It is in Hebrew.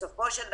בסופו של דבר,